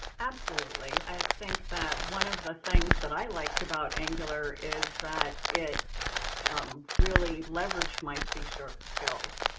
absolutely. i think that one of the things that i liked about angular is that it um really leveraged my c sharp skills.